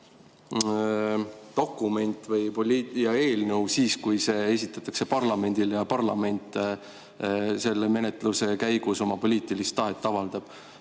dokument ja eelnõu siis, kui see esitatakse parlamendile ja parlament selle menetluse käigus oma poliitilist tahet avaldab.